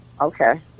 Okay